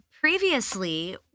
previously